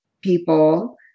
people